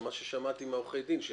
מה ששמעתי מעורכי הדין,